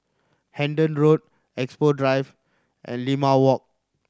Hendon Road Expo Drive and Limau Walk